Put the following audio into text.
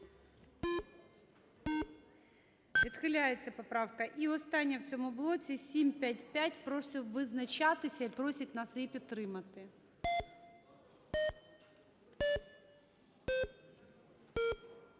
Відхиляється поправка. І остання в цьому блоці – 755-а. Прошу визначатися і просять нас її підтримати.